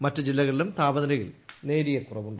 മറ്റുജില്ലകളിലും താപനിലയിൽ നേരിയ കുറവുണ്ട്